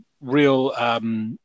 real